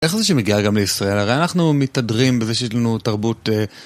איך זה שמגיע גם לישראל הרי אנחנו מתאדרים בזה שיש לנו תרבות